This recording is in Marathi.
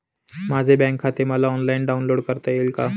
माझे बँक खाते मला ऑनलाईन डाउनलोड करता येईल का?